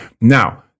Now